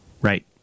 Right